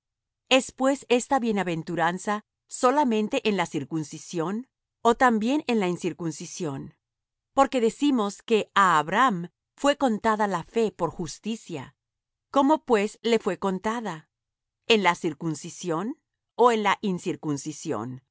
pues esta bienaventuranza solamente en la circuncisión ó también en la incircuncisión porque decimos que á abraham fué contada la fe por justicia cómo pues le fué contada en la circuncisión ó en la incircuncisión